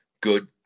good